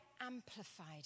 amplified